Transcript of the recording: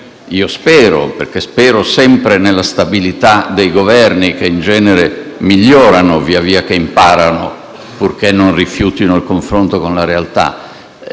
meglio. Io spero sempre nella stabilità dei governi, che in genere migliorano via via che imparano, purché non rifiutino il confronto con la realtà